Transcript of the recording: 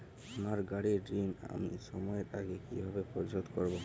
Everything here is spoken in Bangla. আমার গাড়ির ঋণ আমি সময়ের আগে কিভাবে পরিশোধ করবো?